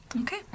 Okay